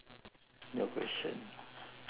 your question